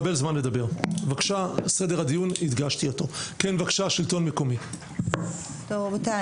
3%. שלטון מקומי, בבקשה.